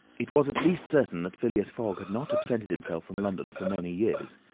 it was at least certain that phileas fogg had not absented himself from london for many years.